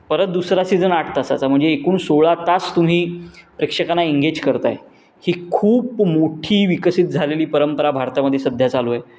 परत दुसरा सीजन आठ तासाचा म्हणजे एकूण सोळा तास तुम्ही प्रेक्षकांना एंगेज करताय ही खूप मोठी विकसित झालेली परंपरा भारतामध्ये सध्या चालू आहे